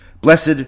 Blessed